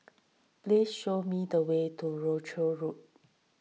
please show me the way to Rochdale Road